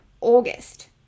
August